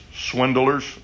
swindlers